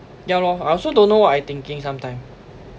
ya lor I also don't know what I thinking sometimes